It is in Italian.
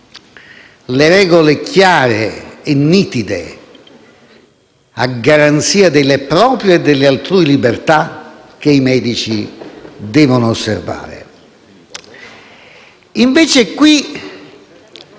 le regole chiare e nitide a garanzia delle proprie e delle altrui libertà che i medici devono osservare. Invece qui